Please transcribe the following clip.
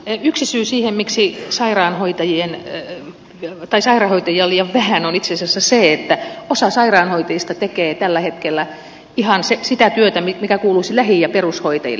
yksi syy siihen miksi sairaanhoitajia on liian vähän on itse asiassa se että osa sairaanhoitajista tekee tällä hetkellä ihan sitä työtä mikä kuuluisi lähi ja perushoitajille